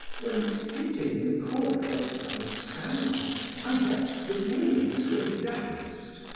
when seated in the corner of some salon i watched the women as they danced,